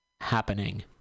happening